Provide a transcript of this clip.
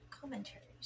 commentaries